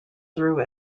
through